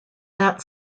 that